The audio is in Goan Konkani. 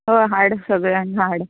ह हाड सगळ्यांक हाड